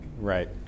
Right